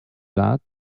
that